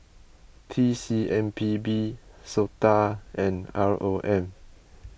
T C M P B Sota and R O M